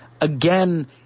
again